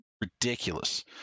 ridiculous